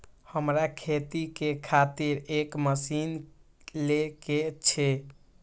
हमरा खेती के खातिर एक मशीन ले के छे?